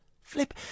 Flip